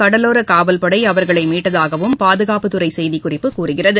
கடலோர காவல்படை அவர்களை மீட்டதாகவும் பாதுகாப்புத் துறையின் செய்திக்குறிப்பு கூறுகிறது